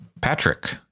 Patrick